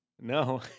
No